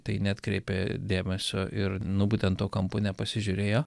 tai neatkreipė dėmesio ir nu būtent tuo kampu nepasižiūrėjo